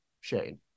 Shane